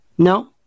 No